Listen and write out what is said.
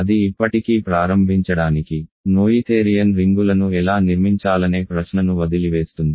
అది ఇప్పటికీ ప్రారంభించడానికి నోయిథేరియన్ రింగులను ఎలా నిర్మించాలనే ప్రశ్నను వదిలివేస్తుంది